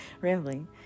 rambling